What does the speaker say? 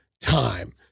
time